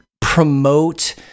promote